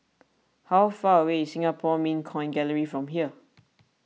how far away is Singapore Mint Coin Gallery from here